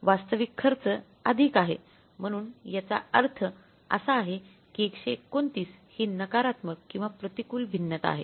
वास्तविक खर्च अधिक आहे म्हणून याचा अर्थ असा आहे की 129 ही नकारात्मक किंवा प्रतिकूल भिन्नता आहे